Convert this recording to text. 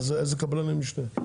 איזה קבלני משנה?